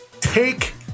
take